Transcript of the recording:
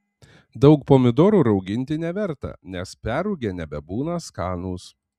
daug pomidorų rauginti neverta nes perrūgę nebebūna skanūs